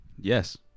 Yes